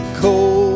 cold